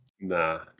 Nah